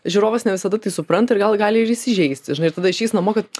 žiūrovas ne visada tai supranta ir gal gali ir įsižeisti žinai tada išeis namo kad